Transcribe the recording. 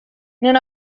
non